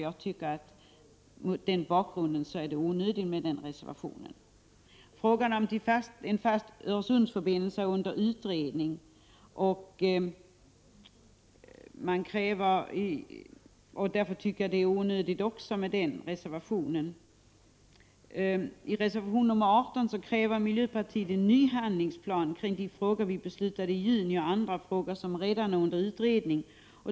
Jag tycker att mot den bakgrunden är reservationen onödig. Frågan om en fast Öresundsförbindelse är under utredning, och jag finner även reservation 16 onödig. I reservation 18 kräver miljöpartiet en ny handlingsplan rörande de frågor som vi fattade beslut om i juni och rörande frågor som redan är under utredning.